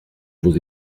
vos